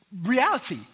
reality